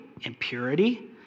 impurity